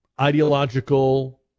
Ideological